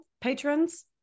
patrons